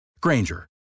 Granger